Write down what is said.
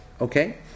okay